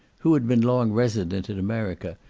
who had been long resident in america,